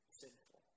sinful